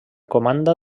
comanda